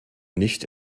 nicht